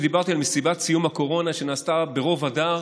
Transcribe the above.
דיברתי על מסיבת סיום הקורונה שנעשתה ברוב הדר,